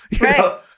Right